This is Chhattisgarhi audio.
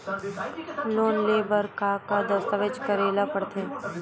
लोन ले बर का का दस्तावेज करेला पड़थे?